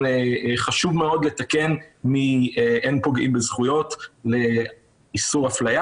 חשוב מאוד לתקן מ"אין פוגעים בזכויות" ל"איסור אפליה".